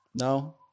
No